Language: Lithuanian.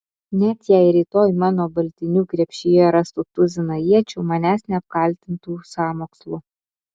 net jei rytoj mano baltinių krepšyje rastų tuziną iečių manęs neapkaltintų sąmokslu